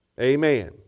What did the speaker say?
Amen